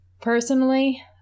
personally